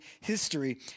history